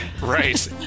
Right